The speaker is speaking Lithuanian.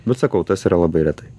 bet sakau tas yra labai retai